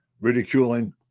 ridiculing